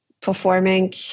performing